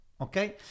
Okay